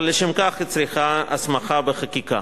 אבל לשם כך היא צריכה הסמכה בחקיקה.